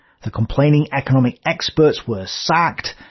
the complaining economic experts were sacked.